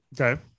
Okay